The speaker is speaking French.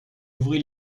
ouvrit